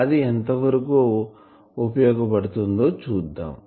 అది ఎంతవరకు అది ఉపయోగపడుతుందో చూద్దాం